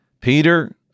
Peter